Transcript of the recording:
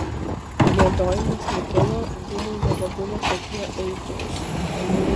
giedojimas nutilo dūmai nebebuvo tokie aitrūs